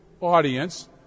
audience